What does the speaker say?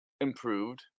Improved